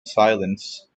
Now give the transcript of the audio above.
silence